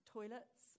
Toilets